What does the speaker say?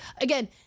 Again